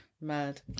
Mad